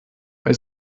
bei